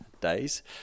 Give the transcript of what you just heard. days